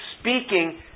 speaking